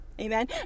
Amen